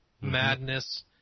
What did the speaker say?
madness